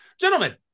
Gentlemen